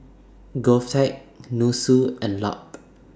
Govtech Nussu and Lup